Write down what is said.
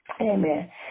Amen